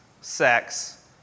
sex